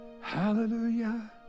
hallelujah